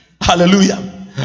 Hallelujah